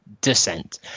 descent